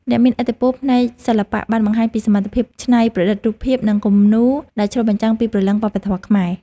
អ្នកមានឥទ្ធិពលផ្នែកសិល្បៈបានបង្ហាញពីសមត្ថភាពច្នៃប្រឌិតរូបភាពនិងគំនូរដែលឆ្លុះបញ្ចាំងពីព្រលឹងវប្បធម៌ខ្មែរ។